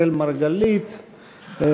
אראל מרגלית,